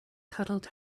cuddled